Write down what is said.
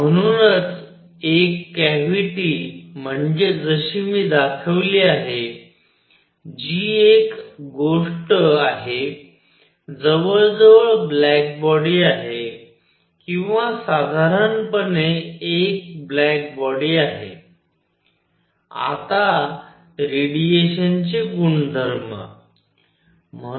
म्हणूनच एक कॅव्हिटी म्हणजे जशी मी दाखवली आहे जी कि एक गोष्ट आहे जवळजवळ ब्लॅक बॉडी आहे किंवा साधारणपणे एक ब्लॅक बॉडी आहे आता रेडिएशनचे गुणधर्म